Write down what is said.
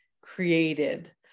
created